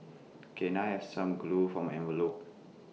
can I have some glue for my envelopes